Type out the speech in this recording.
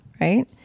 right